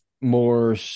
more